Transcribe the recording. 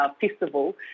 festival